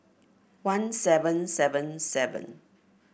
one seven seven seven